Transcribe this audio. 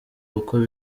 uko